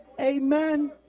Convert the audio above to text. Amen